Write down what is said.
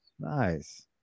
Nice